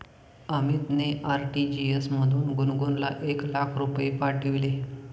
अमितने आर.टी.जी.एस मधून गुणगुनला एक लाख रुपये पाठविले